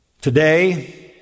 Today